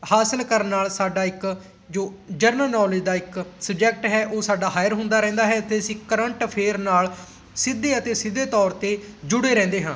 ਹਾਸਿਲ ਕਰਨ ਨਾਲ ਸਾਡਾ ਇੱਕ ਜੋ ਜਰਨਲ ਨੌਲੇਜ ਦਾ ਇੱਕ ਸਬਜੈਕਟ ਹੈ ਉਹ ਸਾਡਾ ਹਾਇਰ ਹੁੰਦਾ ਰਹਿੰਦਾ ਹੈ ਅਤੇ ਅਸੀਂ ਕਰੰਟ ਅਫੇਅਰ ਨਾਲ ਸਿੱਧੇ ਅਤੇ ਅਸਿੱਧੇ ਤੌਰ 'ਤੇ ਜੁੜੇ ਰਹਿੰਦੇ ਹਾਂ